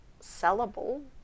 sellable